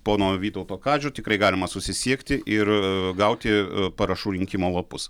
pono vytauto kadžio tikrai galima susisiekti ir a gauti parašų rinkimo lapus